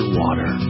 water